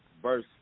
Verse